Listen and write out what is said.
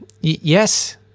Yes